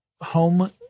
home